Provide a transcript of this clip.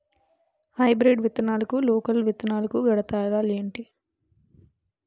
Hybrid విత్తనాలకు local విత్తనాలకు గల తేడాలు ఏంటి?